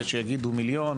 יש שיגידו מיליון,